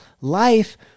life